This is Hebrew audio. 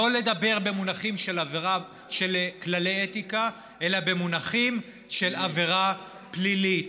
לא לדבר במונחים של כללי אתיקה אלא במונחים של עבירה פלילית,